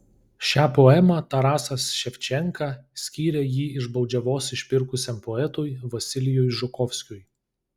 šią poemą tarasas ševčenka skyrė jį iš baudžiavos išpirkusiam poetui vasilijui žukovskiui